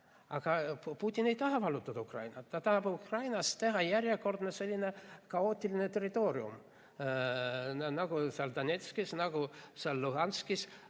Aga Putin ei taha vallutada Ukrainat. Ta tahab Ukrainast teha järjekordse sellise kaootilise territooriumi nagu Donetskis, nagu Luganskis,